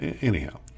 Anyhow